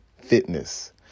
fitness